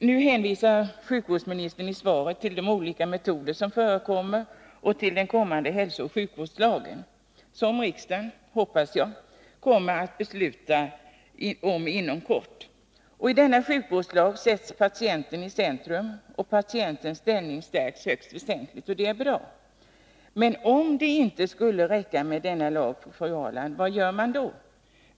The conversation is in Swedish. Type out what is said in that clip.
Sjukvårdsministern hänvisar i svaret till de olika metoder som förekommer och till den kommande hälsooch sjukvårdslagen, som riksdagen — hoppas jagkommer att besluta om inom kort. I denna sjukvårdslag sätts patienten i centrum, och patientens ställning stärks högst väsentligt. Det är bra. Men om det inte skulle räcka med denna lag, fru Ahrland, vad gör man då?